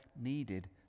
needed